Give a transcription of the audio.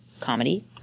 comedy